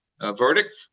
verdict